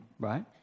Right